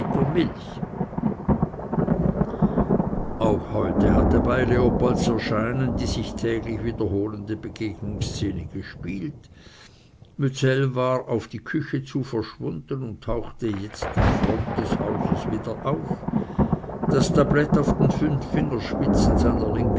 milch auch heute hatte bei leopolds erscheinen die sich täglich wiederholende begegnungsszene gespielt mützell war auf die küche zu verschwunden und tauchte jetzt in front des hauses wieder auf das tablett auf den fünf fingerspitzen seiner linken